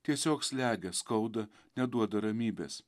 tiesiog slegia skauda neduoda ramybės